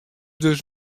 dus